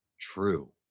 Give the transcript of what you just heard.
true